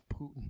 Putin